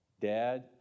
Dad